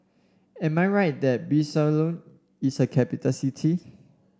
am I right that Bissau is a capital city